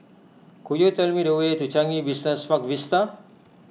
could you tell me the way to Changi Business Park Vista